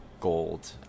gold